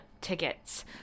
tickets